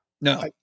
No